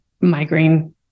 migraine